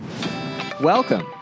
Welcome